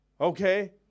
okay